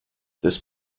this